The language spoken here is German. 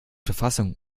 verfassung